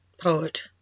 poet